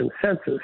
consensus –